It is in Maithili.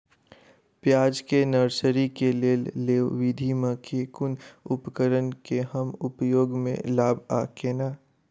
प्याज केँ नर्सरी केँ लेल लेव विधि म केँ कुन उपकरण केँ हम उपयोग म लाब आ केना?